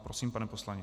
Prosím, pane poslanče.